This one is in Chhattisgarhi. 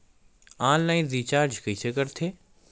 ऑनलाइन रिचार्ज कइसे करथे?